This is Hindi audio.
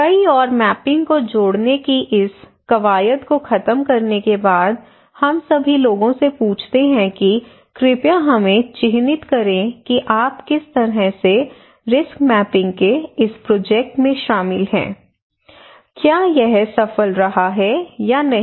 कई और मैपिंग को जोड़ने की इस कवायद को खत्म करने के बाद हम सभी लोगों से पूछते हैं कि कृपया हमें चिह्नित करें कि आप किस तरह से रिस्क मैपिंग के इस प्रोजेक्ट में शामिल हैं क्या यह सफल रहा या नहीं